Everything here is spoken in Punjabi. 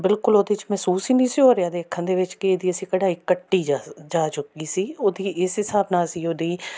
ਬਿਲਕੁਲ ਉਹਦੇ 'ਚ ਮਹਿਸੂਸ ਹੀ ਨਹੀਂ ਸੀ ਹੋ ਰਿਹਾ ਦੇਖਣ ਦੇ ਵਿੱਚ ਕਿ ਇਹਦੀ ਅਸੀਂ ਕਢਾਈ ਕੱਟੀ ਜਾ ਜਾ ਚੁੱਕੀ ਸੀ ਉਹਦੀ ਇਸ ਹਿਸਾਬ ਨਾਲ ਅਸੀਂ ਉਹਦੀ